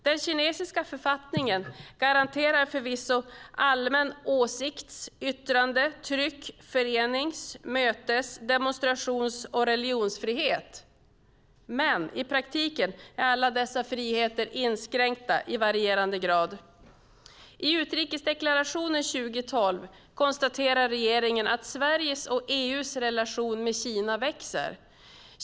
Den kinesiska författningen garanterar förvisso allmän åsikts-, yttrande-, tryck-, förenings-, mötes-, demonstrations och religionsfrihet, men i praktiken är alla dessa friheter inskränkta i varierande grad. I utrikesdeklarationen 2012 konstaterar regeringen att "Sveriges och EU:s relation med Kina växer.